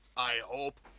i hope.